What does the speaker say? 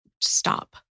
stop